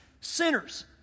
Sinners